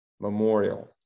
memorial